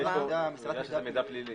מידע פלילי.